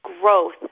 growth